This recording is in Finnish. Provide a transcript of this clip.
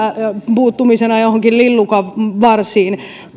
johonkin lillukanvarsiin